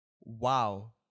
Wow